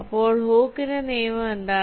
അപ്പോൾ ഹൂക്കിന്റെ നിയമം എന്താണ്